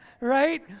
right